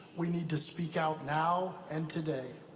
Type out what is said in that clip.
we need to speak out now and today.